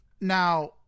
Now